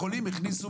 הראל שרעבי, כן.